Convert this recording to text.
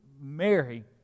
Mary